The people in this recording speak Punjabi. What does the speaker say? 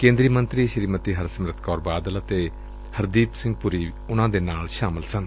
ਕੇਦਰੀ ਮੰਤਰੀ ਸ੍ਰੀਮਤੀ ਹਰਸਿਮਰਤ ਕੌਰ ਬਾਦਲ ਅਤੇ ਹਰਦੀਪ ਸਿੰਘ ਪੁਰੀ ਵੀ ਉਨ੍ਹਾਂ ਦੇ ਨਾਲ ਸਨ